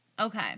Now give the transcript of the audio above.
Okay